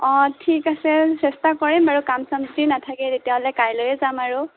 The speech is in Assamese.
অঁ ঠিক আছে চেষ্টা কৰিম বাৰু কাম চাম যদি নাথাকে তেতিয়া হ'লে কাইলৈয়ে যাম আৰু